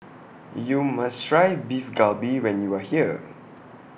YOU must Try Beef Galbi when YOU Are here